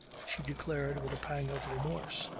she declared with a pang of remorse.